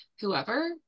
whoever